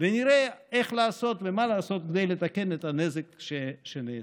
ונראה איך לעשות ומה לעשות כדי לתקן את הנזק שנעשה.